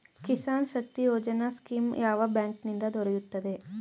Kisan Shakti Yojana scheme ಯಾವ bank ನಿಂದ ದೊರೆಯುತ್ತದೆ?